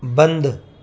बंदि